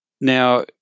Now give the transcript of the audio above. Now